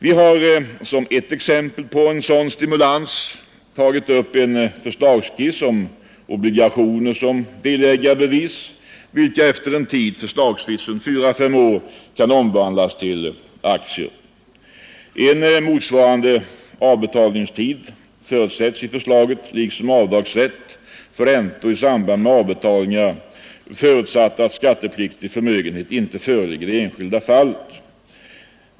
Vi har som ett exempel på sådan stimulans tagit upp en förslagsskiss om obligationer som delägarbevis, vilka efter en tid — förslagsvis fyra, fem år — kan omvandlas till aktier. En motsvarande avbetalningstid förutsätts i förslaget liksom avdragsrätt för räntor i samband med avbetalningarna, förutsatt att skattepliktig förmögenhet inte föreligger i det enskilda fallet.